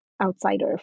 outsider